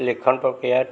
লিখন প্ৰক্ৰিয়াত